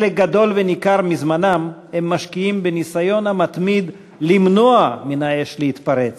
חלק גדול וניכר מזמנם הם משקיעים בניסיון המתמיד למנוע מהאש להתפרץ,